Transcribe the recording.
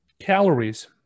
calories